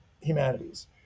humanities